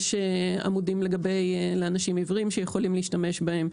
יש עמודים לאנשים עיוורים שהם יכולים להשתמש בהם.